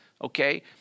Okay